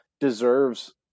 deserves